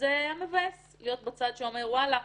וזה היה מבאס להיות בצד שאומר: ואלה,